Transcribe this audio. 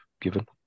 given